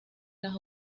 las